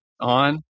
on